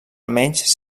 almenys